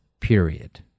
period